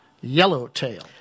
Yellowtail